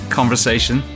conversation